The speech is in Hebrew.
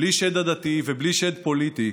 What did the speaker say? בלי שד עדתי ובלי שד פוליטי,